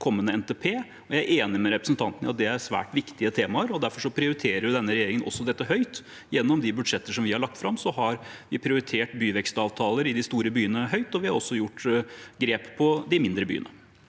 Jeg er enig med representanten i at dette er svært viktige temaer, og derfor prioriterer denne regjeringen også dette høyt. Gjennom de budsjetter som vi har lagt fram, har vi prioritert byvekstavtaler i de store byene høyt, og vi har også gjort grep i de mindre byene.